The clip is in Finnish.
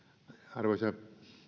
arvoisa